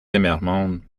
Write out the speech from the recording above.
zimmermann